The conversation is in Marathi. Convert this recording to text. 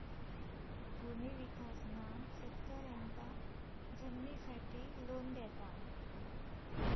भूमि विकास शेतकऱ्यांका जमिनीसाठी लोन देता